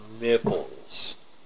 nipples